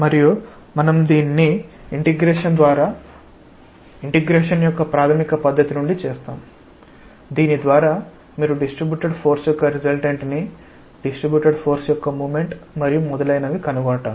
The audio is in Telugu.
మరియు మనం దీన్ని ఇంటిగ్రేషన్ యొక్క ప్రాథమిక పద్ధతి నుండి చేస్తాము దీని ద్వారా మీరు డిస్ట్రీబ్యుటెడ్ ఫోర్స్ యొక్క రిసల్టెంట్ ని డిస్ట్రీబ్యుటెడ్ ఫోర్స్ యొక్క మోమెంట్ మరియు మొదలైనవి కనుగొంటారు